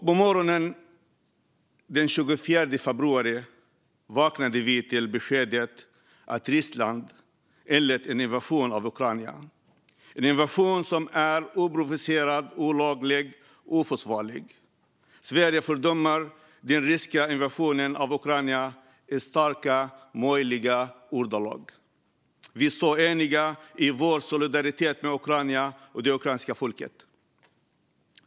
På morgonen den 24 februari vaknade vi även till beskedet att Ryssland hade inlett en invasion av Ukraina. Det är en invasion som är oprovocerad, olaglig och oförsvarlig. Sverige fördömer den ryska invasionen av Ukraina i starkast möjliga ordalag. Vi står eniga i vår solidaritet med Ukraina och det ukrainska folket.